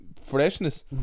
freshness